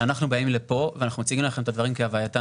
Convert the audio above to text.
שאנחנו באים לפה ואנחנו מציגים לכם את הדברים כהווייתם